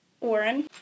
Warren